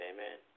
Amen